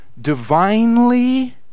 Divinely